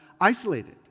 isolated